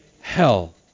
hell